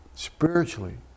Spiritually